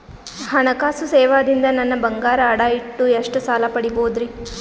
ಹಣಕಾಸು ಸೇವಾ ದಿಂದ ನನ್ ಬಂಗಾರ ಅಡಾ ಇಟ್ಟು ಎಷ್ಟ ಸಾಲ ಪಡಿಬೋದರಿ?